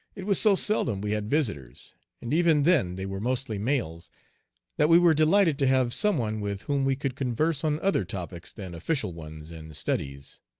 it was so seldom we had visitors and even then they were mostly males that we were delighted to have some one with whom we could converse on other topics than official ones and studies.